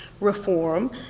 reform